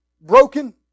broken